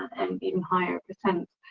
and even higher percent.